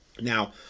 Now